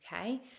Okay